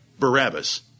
Barabbas